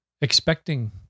expecting